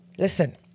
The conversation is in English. Listen